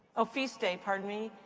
ah feast day, pardon me.